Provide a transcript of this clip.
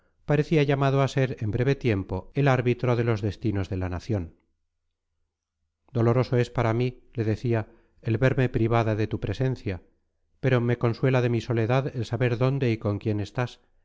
parecía llamado a ser en breve tiempo el árbitro de los destinos de la nación doloroso es para mí le decía el verme privada de tu presencia pero me consuela de mi soledad el saber dónde y con quién estás